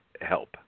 help